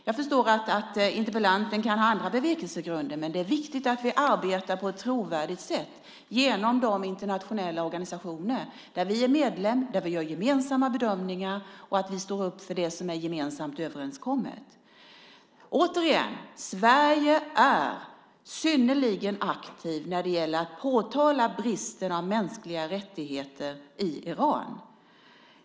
Jag förstår att interpellanten kan ha andra bevekelsegrunder, men det är viktigt att vi arbetar på ett trovärdigt sätt genom de internationella organisationer där vi är medlemmar och där vi gör gemensamma bedömningar samt att vi står upp för det som är gemensamt överenskommet. Återigen: Sverige är synnerligen aktivt när det gäller att påtala brister i fråga om mänskliga rättigheter i Iran.